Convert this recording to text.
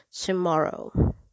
tomorrow